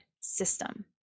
system